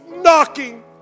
knocking